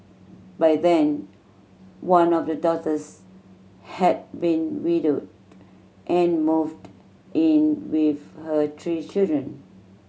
by then one of the daughters had been widowed and moved in with her three children